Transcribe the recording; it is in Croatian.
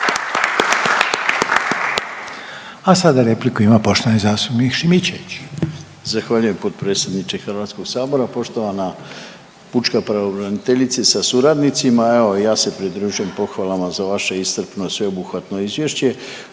A sada repliku ima poštovani zastupnik Šimićević.